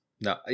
no